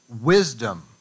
wisdom